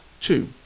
two